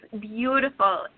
beautiful